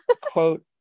Quote